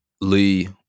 Lee